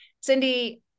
Cindy